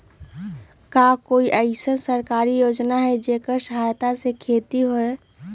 का कोई अईसन सरकारी योजना है जेकरा सहायता से खेती होय?